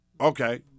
Okay